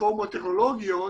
פלטפורמות טכנולוגיות,